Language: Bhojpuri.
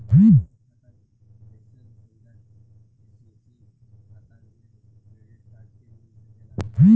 बचत खाता जइसन सुविधा के.सी.सी खाता में डेबिट कार्ड के मिल सकेला का?